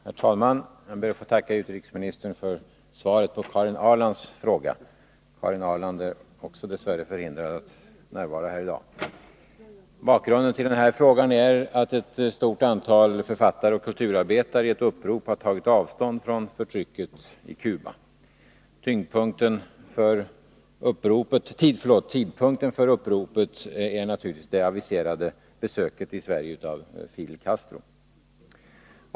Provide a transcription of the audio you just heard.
Herr talman! Jag ber att få tacka utrikesministern för svaret på Karin Ahrlands fråga; Karin Ahrland är dess värre förhindrad att närvara här i dag. Bakgrunden till frågan är att ett stort antal författare och kulturarbetare i ett upprop har tagit avstånd från förtrycket på Cuba. Tidpunkten för uppropet ges naturligtvis av det aviserade besöket i Sverige av Fidel Castro.